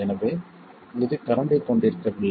எனவே இது கரண்ட் ஐக் கொண்டிருக்கவில்லை